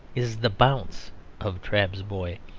is the bounce of trabb's boy.